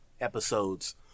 episodes